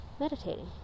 meditating